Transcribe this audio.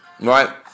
Right